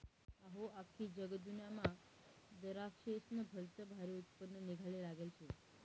अहो, आख्खी जगदुन्यामा दराक्शेस्नं भलतं भारी उत्पन्न निंघाले लागेल शे